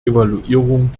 evaluierung